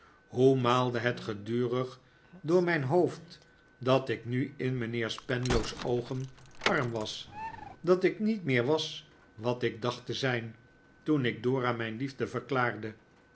hoe maalde het gedurig door mijn hoofd dat ik nu in mijnheer spenlow's oogen arm was dat ik niet meer was wat ik dacht te zijn toen ik dora mijn liefde verklaarde